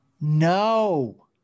No